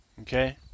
Okay